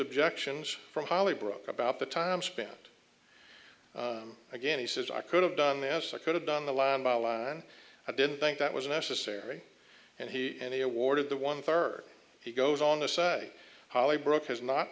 objections from holly broke about the time spent again he says i could have done as i could have done the line by line i didn't think that was necessary and he and he awarded the one third he goes on to say holly brook has not